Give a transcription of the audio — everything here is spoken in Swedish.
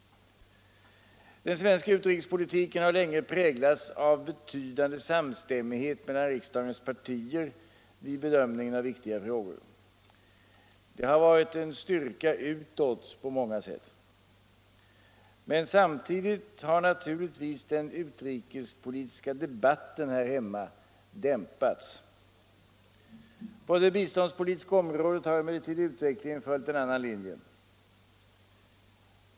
Den svenska utrikespolitiken har länge präglats av betydande samstämmighet mellan riksdagens partier vid bedömningen av viktiga frågor. Det har varit en styrka utåt på många sätt. Men samtidigt har naturligtvis den utrikespolitiska debatten här hemma dämpats. På det biståndspolitiska området har emellertid utvecklingen följt en annan linje.